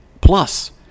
Plus